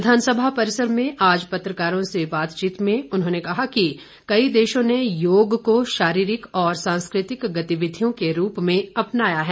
विधानसभा परिसर में आज पत्रकारों से बातचीत में उन्होंने कहा कि कई देशों ने योग को शारीरिक और सांस्कृतिक गतिविधियों के रूप में अपनाया है